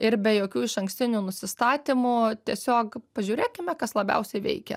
ir be jokių išankstinių nusistatymų tiesiog pažiūrėkime kas labiausiai veikia